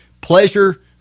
pleasure